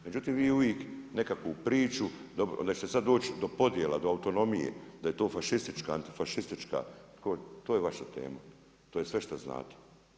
Međutim, vi uvijek samo nekakvu priču, onda ćete sad doći do podjela do autonomije da je to fašistička, antifašistička, to je vaša tema to je sve što znate.